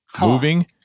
Moving